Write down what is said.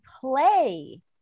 play